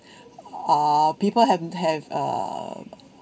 or people hadn't have uh